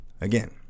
Again